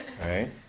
right